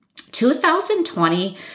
2020